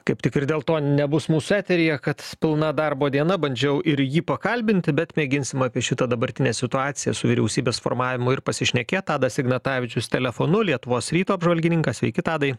kaip tik ir dėl to nebus mūsų eteryje kad pilna darbo diena bandžiau ir jį pakalbinti bet mėginsim apie šitą dabartinę situaciją su vyriausybės formavimo ir pasišnekėt tadas ignatavičius telefonu lietuvos ryto apžvalgininkas sveiki tadai